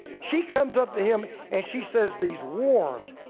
she comes up to him and she says these warm,